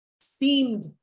seemed